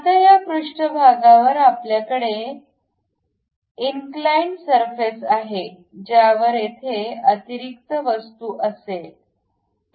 आता या पृष्ठभागावर आपल्याकडे इन क्लाइंट सरफेस आहे ज्यावर तेथे अतिरिक्त वस्तू असेल